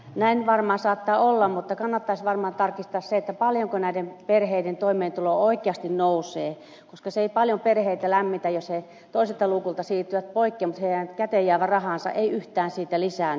näin varmaan saattaa olla mutta kannattaisi varmaan tarkistaa se paljonko näiden perheiden toimeentulo oikeasti nousee koska se ei paljon perheitä lämmitä jos he toiselta luukulta siirtyvät pois mutta heidän käteen jäävä rahansa ei yhtään siitä lisäänny